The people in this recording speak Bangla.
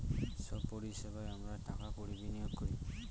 সব পরিষেবায় আমরা টাকা কড়ি বিনিয়োগ করি